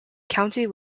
county